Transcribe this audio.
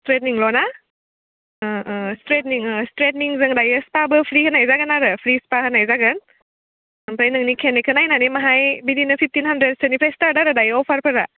स्ट्रेइटनिंल' ना स्ट्रेइटनिं स्ट्रेइटनिंजों दायो स्पाबो फ्रि होनाय जागोन आरो फ्रि स्पा होनाय जागोन ओमफ्राय नोंनि खानाइखौ नायनानै माहाय बिदिनो फिफ्टिन हान्ड्रेटसोनिफ्रा स्टार्ट आरो दायो अफारफोरा